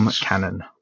Cannon